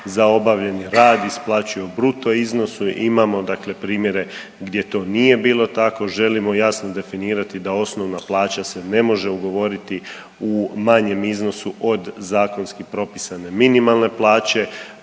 za obavljeni rad isplaćuje u bruto iznosu, imamo dakle primjere gdje to nije bilo tako, želimo jasno definirati da osnovna plaća se ne može ugovoriti u manjem iznosu od zakonski propisane minimalne plaće.